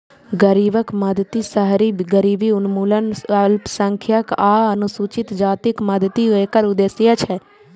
गरीबक मदति, शहरी गरीबी उन्मूलन, अल्पसंख्यक आ अनुसूचित जातिक मदति एकर उद्देश्य छै